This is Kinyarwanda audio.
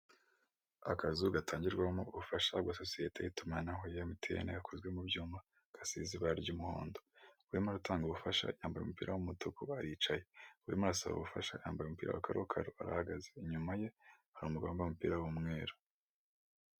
Akazu gatangirwamo ubufasha bwa sosiyete y'itumanaho ya MTN gakozwe mu byuma, gasize ibara ry'umuhondo, urimo aratanga ubufasha yambaye umupira w'umutuku aricaye, urimo asaba ubufasha yambaye umupira wa kakaro arahagaze, inyuma ye hari umugabo wambaye umupira w'umweruru.